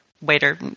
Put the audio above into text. waiter